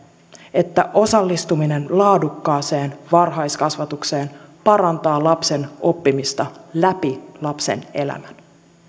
että osallistuminen laadukkaaseen varhaiskasvatukseen parantaa lapsen oppimista läpi lapsen elämän